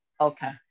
Okay